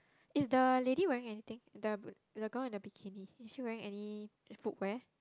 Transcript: is the lady wearing anything the the girl at the bikini is she wearing any footwear